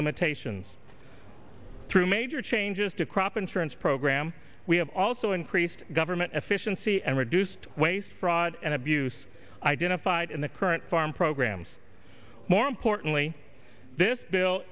limitations through major changes to crop insurance program we have also increased government efficiency and reduced waste fraud and abuse identified in the current farm programs more importantly this bill